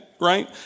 Right